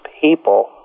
people